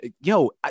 yo